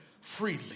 freely